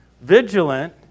vigilant